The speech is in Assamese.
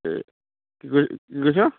কি কি কৈছ